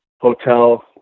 hotel